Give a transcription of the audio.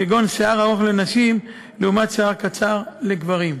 כגון שיער ארוך לנשים לעומת שיער קצר לגברים.